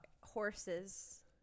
horses